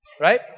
right